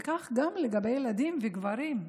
וכך גם לגבי ילדים וגברים.